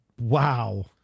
wow